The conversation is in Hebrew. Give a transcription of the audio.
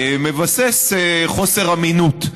מבססת חוסר אמינות,